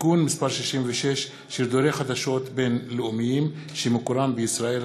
(תיקון מס' 66) (שידורי חדשות בין-לאומיים שמקורם בישראל),